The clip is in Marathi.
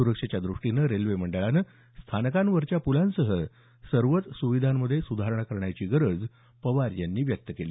सुरक्षेच्या द्रष्टीनं रेल्वे मंडळानं स्थानकांवरच्या पुलांसह सर्वच सुविधांमधे सुधारणा करण्याची गरज पवार यांनी व्यक्त केली